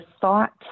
thought